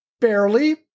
barely